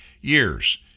years